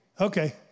Okay